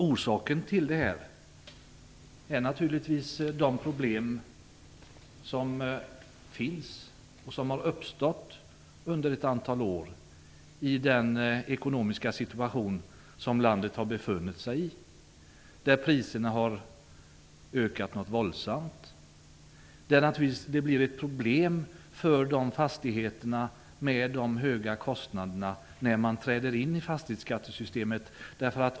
Orsaken till det är naturligtvis de problem som finns och som har uppstått under ett antal år på grund av den ekonomiska situation som landet har befunnit sig i. Priserna har ökat våldsamt, och det blir naturligtvis problem för de fastigheter som har höga kostnader när man träder in i fastighetsskattesystemet.